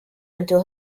until